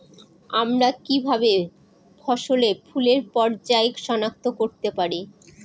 আমরা কিভাবে ফসলে ফুলের পর্যায় সনাক্ত করতে পারি?